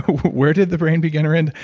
where did the brain begin or end?